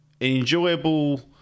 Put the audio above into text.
enjoyable